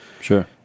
Sure